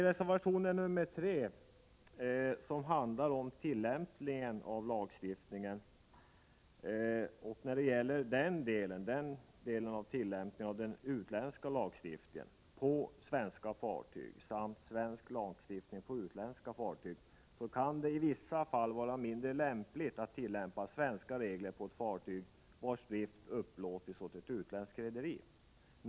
Reservation 3 handlar om tillämpningen av den utländska lagstiftningen på svenska fartyg samt svensk lagstiftning på utländska fartyg. Det kan i vissa fall vara mindre lämpligt att tillämpa svenska regler på ett fartyg, vars drift upplåtits åt ett utländskt rederi.